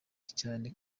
cyane